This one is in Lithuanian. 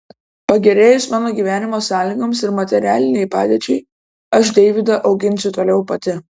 pagerėjus mano gyvenimo sąlygoms ir materialinei padėčiai aš deivydą auginsiu toliau pati